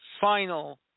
final